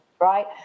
right